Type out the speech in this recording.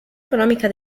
economica